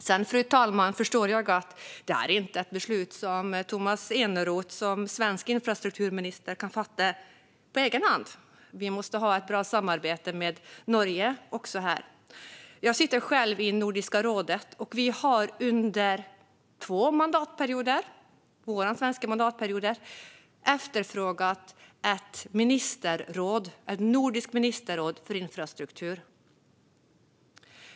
Sedan förstår jag, fru talman, att detta inte är ett beslut som Tomas Eneroth som svensk infrastrukturminister kan fatta på egen hand. Vi måste ha ett bra samarbete med Norge också här. Jag sitter själv i Nordiska rådet, och vi har under två mandatperioder - våra svenska mandatperioder - efterfrågat ett nordiskt ministerråd för infrastruktur.